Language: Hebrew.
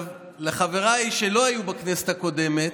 לחבריי שלא היו בכנסת הקודמת,